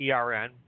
ERN